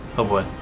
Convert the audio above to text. oh boy.